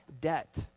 debt